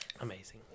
amazing